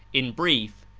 in brief,